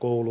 oulu